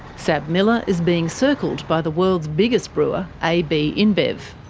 sabmiller is being circled by the world's biggest brewer, ab inbev.